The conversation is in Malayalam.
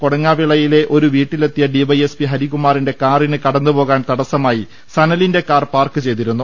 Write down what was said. കൊടങ്ങാവിളയിലെ ഒരു വീട്ടിലെത്തിയ ഡിവൈഎസ്പി ഹരികുമാറിന്റെ കാറിന് കടന്നുപോകാൻ തടസ്സമായി സനലിന്റെ കാർ പാർക്ക് ചെയ്തിരുന്നു